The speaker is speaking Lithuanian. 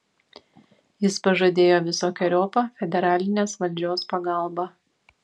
jis pažadėjo visokeriopą federalinės valdžios pagalbą